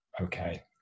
okay